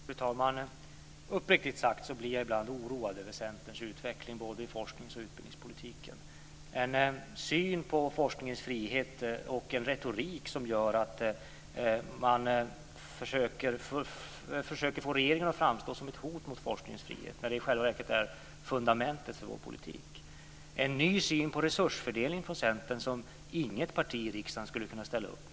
Fru talman! Uppriktigt sagt blir jag ibland oroad över Centerns utveckling både i forsknings och utbildningspolitiken. Man har en syn på forskningens frihet och en retorik som gör att man försöker få regeringen att framstå som ett hot mot forskningens frihet när det i själva verket är fundamentet för vår politik. Man har i Centern en ny syn på resursfördelningen som inget parti i riksdagen skulle kunna ställa upp på.